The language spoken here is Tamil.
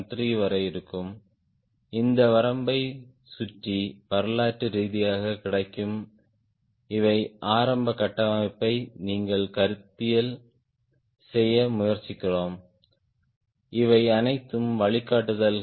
3 வரை இருக்கும் இந்த வரம்பைச் சுற்றி வரலாற்று ரீதியாகக் கிடைக்கும் இவை ஆரம்ப கட்டமைப்பை நீங்கள் கருத்தியல் செய்ய முயற்சிக்கும்போது இவை அனைத்தும் வழிகாட்டுதல்கள்